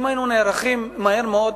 אם היינו נערכים מהר מאוד